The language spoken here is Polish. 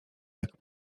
jak